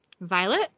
Violet